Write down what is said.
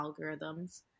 algorithms